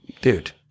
dude